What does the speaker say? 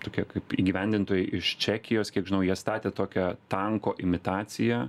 tokie kaip įgyvendintojai iš čekijos kiek žinau jie statė tokią tanko imitaciją